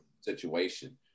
situation